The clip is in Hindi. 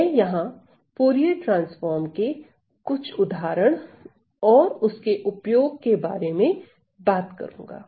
मैं यहां फूरिये ट्रांसफार्म के कुछ उदाहरणों और उसके उपयोग के बारे में बात करूंगा